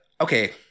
okay